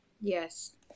Yes